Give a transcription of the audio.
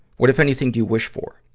what, if anything, do you wish for?